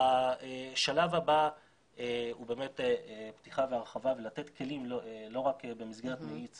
השלב הבא הוא באמת פתיחה והרחבה ולתת כלים לא רק במסגרת מאיץ